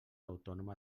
autònoma